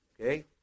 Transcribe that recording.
Okay